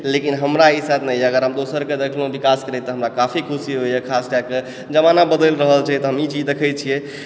लेकिन हमरा साथ ई नहि यऽ हम दोसरकेँ देखलहुँ विकास करैत तऽ हमरा काफी खुशी होइए खास कए कऽ जमाना बदलि रहल छै तहन ई चीज देखै छियै